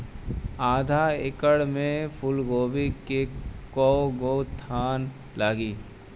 आधा एकड़ में फूलगोभी के कव गो थान लागी?